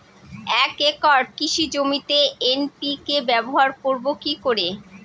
এক একর কৃষি জমিতে এন.পি.কে ব্যবহার করব কি করে?